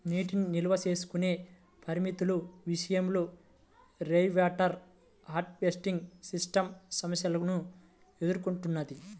నీటిని నిల్వ చేసుకునే పరిమితుల విషయంలో రెయిన్వాటర్ హార్వెస్టింగ్ సిస్టమ్ సమస్యలను ఎదుర్కొంటున్నది